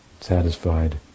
satisfied